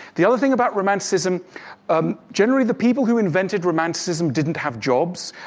the other thing about romanticism um generally the people who invented romanticism didn't have jobs,